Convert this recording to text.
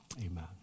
Amen